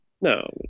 No